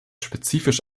spezifisch